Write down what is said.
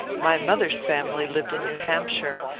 my mother's family lived in new hampshire,